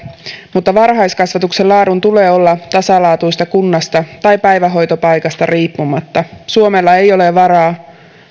mutta varhaiskasvatuksen laadun tulee olla tasaista kunnasta tai päivähoitopaikasta riippumatta suomella ei ole varaa